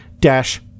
dash